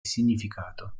significato